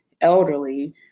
elderly